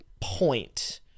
point